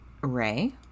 Ray